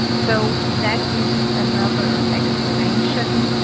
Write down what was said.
so that is another explanation,